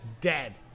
dead